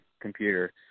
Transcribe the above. computer